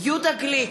יהודה גליק,